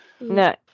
No